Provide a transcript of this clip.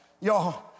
y'all